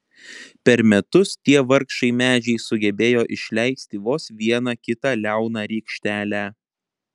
per metus tie vargšai medžiai sugebėjo išleisti vos vieną kitą liauną rykštelę